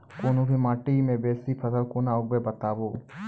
कूनू भी माटि मे बेसी फसल कूना उगैबै, बताबू?